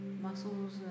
Muscles